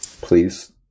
Please